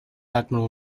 admiral